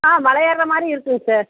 ஆ மலையேறுறமாதிரி இருக்குங்க சார்